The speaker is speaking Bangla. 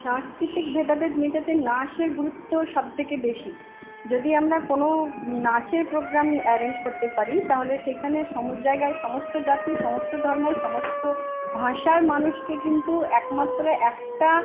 সাংস্কৃতিক ভেদাভেদ মেটাতে নাচের গুরুত্ব সবথেকে বেশি যদি আমরা কোনো নাচের প্রোগ্রাম অ্যারেঞ্জ করতে পারি তাহলে সেখানে সব জায়গায় সমস্ত জাতি সমস্ত ধর্ম সমস্ত ভাষার মানুষকে কিন্তু একমাত্র একটা